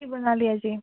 কি বনালি আজি